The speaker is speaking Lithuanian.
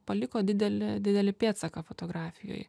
paliko didelį didelį pėdsaką fotografijoj